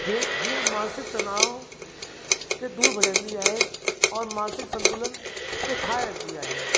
इहे हीअं मानसिक तनाव खे दूरि भॼाईंदी आहे औरि मानसिक संतुलन खे ठाहे रखंदी आहे